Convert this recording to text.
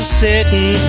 sitting